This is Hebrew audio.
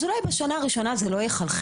אז אולי בשנה הראשונה זה לא יחלחל,